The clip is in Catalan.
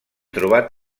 trobat